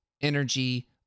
energy